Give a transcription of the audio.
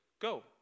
go